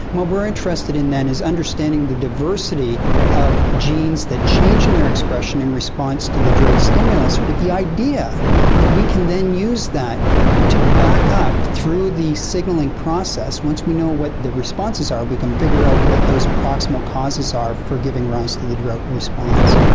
what we're interested in then is understanding the diversity of genes that change in their expression in response to the drought stimulus with the idea that we can then use that to back up through the signalling process, once we know what their responses are, we can figure out what those proximal causes are for giving rise to the drought response.